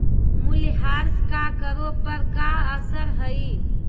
मूल्यह्रास का करों पर का असर हई